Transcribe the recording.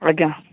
ଆଜ୍ଞା